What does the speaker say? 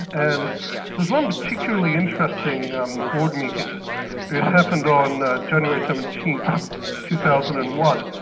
and there's one particularly interesting um board meeting it happened on january seventeenth two thousand and one.